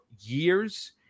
years